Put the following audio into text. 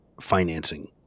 financing